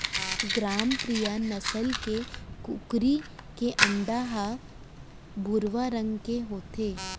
ग्रामप्रिया नसल के कुकरी के अंडा ह भुरवा रंग के होथे